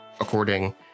according